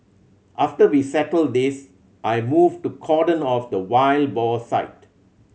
after we settled this I moved to cordon off the wild boar site